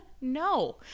no